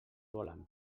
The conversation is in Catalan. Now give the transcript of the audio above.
volen